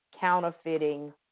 counterfeiting